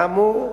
כאמור,